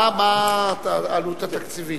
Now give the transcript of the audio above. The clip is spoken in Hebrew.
מה העלות התקציבית?